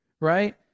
right